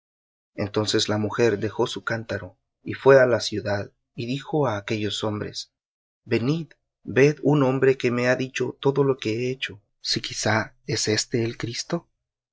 entonces la mujer dejó su cántaro y fué á la ciudad y dijo á aquellos hombres venid ved un hombre que me ha dicho todo lo que he hecho si quizás es éste el cristo